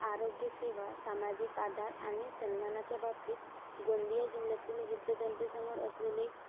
आरोग्य सेवा सामाजिक आधार आणि सन्मानाच्या बाबतीत गोंदिया जिल्ह्यातील वृद्ध जनतेसमोर असलेले